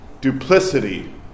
duplicity